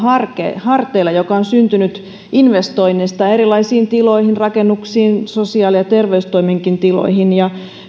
harteilla joka on syntynyt investoinneista erilaisiin tiloihin rakennuksiin sosiaali ja terveystoimenkin tiloihin